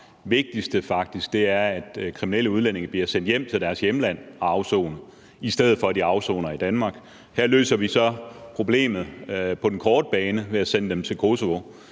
er faktisk, at kriminelle udlændinge bliver sendt hjem til deres hjemland for at afsone, i stedet for at de afsoner i Danmark. Her løser vi så problemet på den korte bane ved at sende dem til Kosovo,